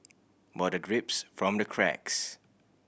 water drips from the cracks